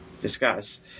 discuss